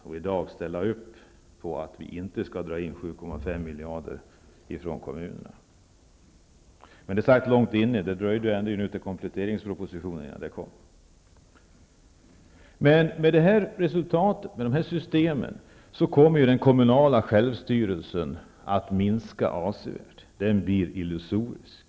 De kan i dag ställa upp på att vi inte skall dra 7,5 miljarder från kommunerna. Men det satt långt inne. Det dröjde ända till kompletteringspropositionen innan det ställningstagandet kom. Med dessa system kommer den kommunala självstyrelsen att minska avsevärt. Den blir illusorisk.